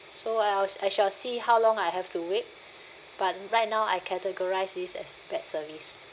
so I'll I shall see how long I have to wait but right now I categorises this as bad service